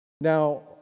Now